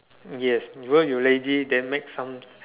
yes because you lazy then make some